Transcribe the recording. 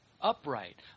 upright